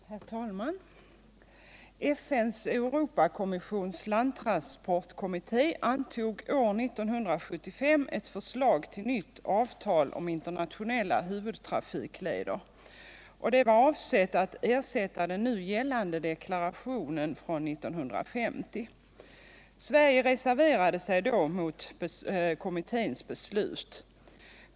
Herr talman! FN:s Europakommissions landtransportkommitté antog år 1975 ett förslag till nytt avtal om internationella huvudtrafikleder. Detta var avsett att ersätta den nu gällande deklarationen från 1950. Sverige reserverade sig då mot kommitténs beslut.